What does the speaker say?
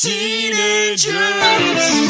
Teenagers